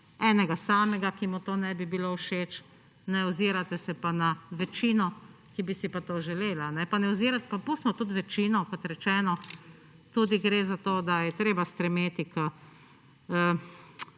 enega samega, ki mu to ne bi bilo všeč, ne ozirate se pa na večino, ki bi si pa to želela. Pa ne ozirat … pa pustimo tudi večino, kot rečeno, tudi gre za to, da je treba stremeti